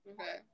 Okay